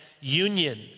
union